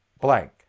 blank